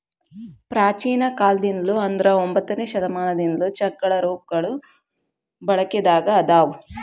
ಪ್ರಾಚೇನ ಕಾಲದಿಂದ್ಲು ಅಂದ್ರ ಒಂಬತ್ತನೆ ಶತಮಾನದಿಂದ್ಲು ಚೆಕ್ಗಳ ರೂಪಗಳು ಬಳಕೆದಾಗ ಅದಾವ